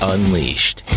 Unleashed